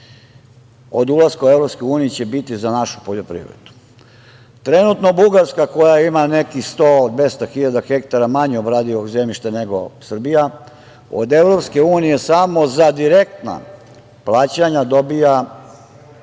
od ulaska u EU će biti za našu poljoprivredu. Trenutno Bugarska koja ima nekih 100.000 - 200.000 hektara manje obradivog zemljišta nego Srbija od EU samo za direktna plaćanja dobija